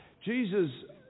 Jesus